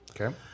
Okay